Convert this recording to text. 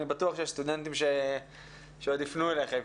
אני בטוח שיש סטודנטים שעוד יפנו אליכם.